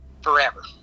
forever